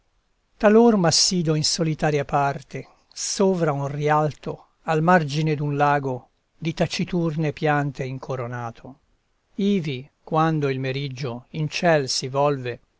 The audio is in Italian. talor m'assido in solitaria parte sovra un rialto al margine d'un lago di taciturne piante incoronato ivi quando il meriggio in ciel si volve